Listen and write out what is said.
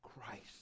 Christ